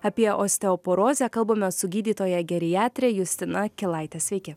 apie osteoporozę kalbame su gydytoja geriatrė justina kilaite sveiki